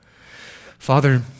Father